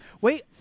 Wait